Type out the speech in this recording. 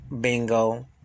Bingo